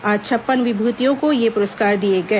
आज छप्पन विभूतियों को ये पुरस्कार दिए गए